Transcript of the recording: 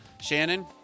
Shannon